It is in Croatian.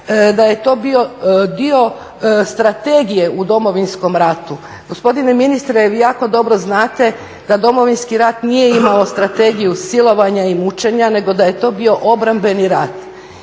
da je to bio dio strategije u Domovinskom ratu. Gospodine ministre, vi jako dobro znate da Domovinski rat nije imao strategiju silovanja i mučenja, nego da je to bio obrambeni rat.